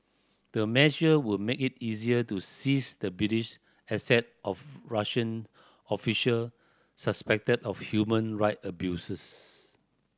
the measure would make it easier to seize the British asset of Russian official suspected of human right abuses